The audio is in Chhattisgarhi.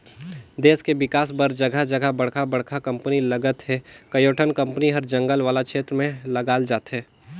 देस के बिकास बर जघा जघा बड़का बड़का कंपनी लगत हे, कयोठन कंपनी हर जंगल वाला छेत्र में लगाल जाथे